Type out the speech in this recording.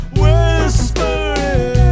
whispering